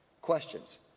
Questions